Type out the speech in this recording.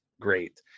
great